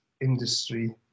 industry